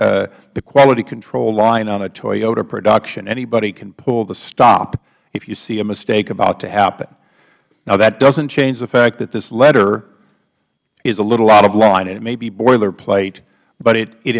the quality control line on a toyota production anybody can pull the stop if you see a mistake about to happen now that doesn't change the fact that this letter is a little out of line and it may be boiler plate but it